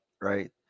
right